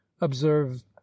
observe